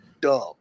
dumb